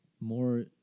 more